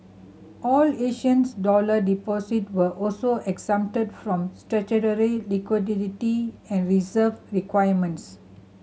all Asian's dollar deposit were also exempted from statutory liquidity and reserve requirements